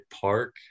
park